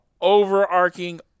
overarching